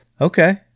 Okay